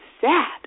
sad